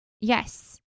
Yes